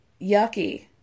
yucky